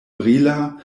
brila